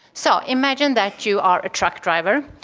so imagine that you are a truck driver,